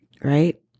right